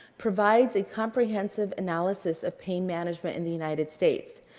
provides a comprehensive analysis of pain management in the united states.